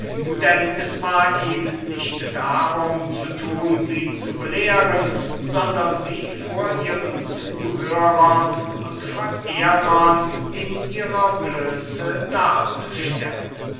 denn es war ihm nicht darum zu thun sie zu belehren sondern sie vor ihren zuhörern und verehrern in ihrer blöße darzustellen